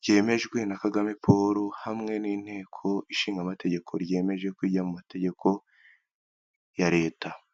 Byemejwe na Kagame Paul hamwe n'inteko ishinga amategeko ryemeje ko ijya mu mategeko ya Leta.